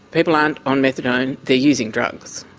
people aren't on methadone they're using drugs.